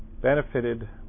benefited